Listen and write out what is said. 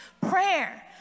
Prayer